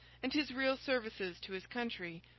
and his real services to his country,